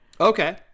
Okay